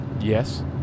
Yes